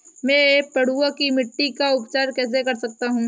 मैं पडुआ की मिट्टी का उपचार कैसे कर सकता हूँ?